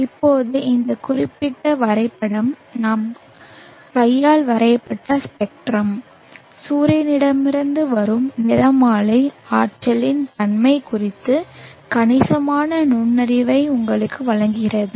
இப்போது இந்த குறிப்பிட்ட வரைபடம் நான் கையால் வரையப்பட்ட ஸ்பெக்ட்ரம் சூரியனிடமிருந்து வரும் நிறமாலை ஆற்றலின் தன்மை குறித்த கணிசமான நுண்ணறிவை உங்களுக்கு வழங்குகிறது